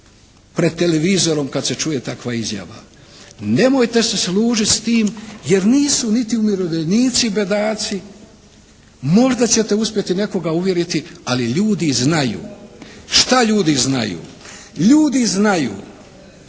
pred televizorom kada se čuje takva izjava. Nemojte se služiti s tim jer nisu niti umirovljenici bedaci, možda ćete uspjeti nekoga uvjeriti, ali ljudi znaju. Šta ljudi znaju? Ljudi znaju